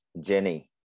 Jenny